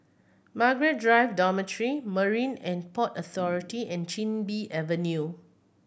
Margaret Drive Dormitory Marine And Port Authority and Chin Bee Avenue